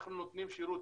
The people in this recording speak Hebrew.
אנחנו נותנים שירות,